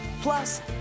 Plus